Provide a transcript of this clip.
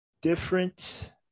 different